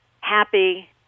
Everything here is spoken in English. happy